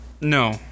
No